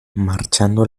marchando